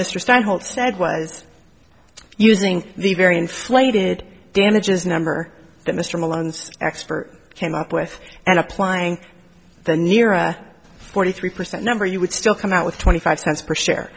stein hope said was using the very inflated damages number that mr malone's expert came up with and applying the nearer forty three percent number you would still come out with twenty five cents per s